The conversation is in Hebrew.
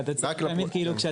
ככה